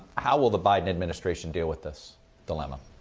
how will the biden administration deal with this dilemma?